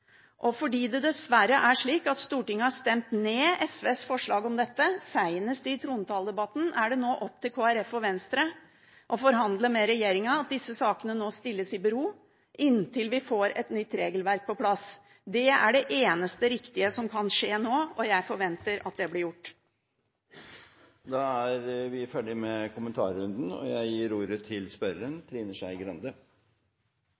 og fordi det dessverre er slik at Stortinget har stemt ned SVs forslag om dette, senest i trontaledebatten, er det nå opp til Kristelig Folkeparti og Venstre å forhandle med regjeringen om at disse sakene nå stilles i bero inntil vi får et nytt regelverk på plass. Det er det eneste riktige som kan skje nå, og jeg forventer at det blir gjort. Da er vi ferdige med kommentarrunden, og presidenten gir igjen ordet til